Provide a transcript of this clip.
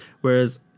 Whereas